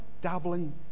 dabbling